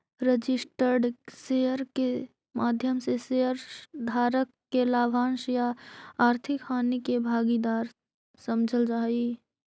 registered share के माध्यम से शेयर धारक के लाभांश या आर्थिक हानि के भागीदार समझल जा हइ